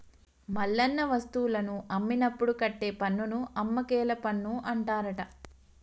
మల్లన్న వస్తువులను అమ్మినప్పుడు కట్టే పన్నును అమ్మకేల పన్ను అంటారట